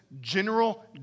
general